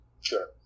Sure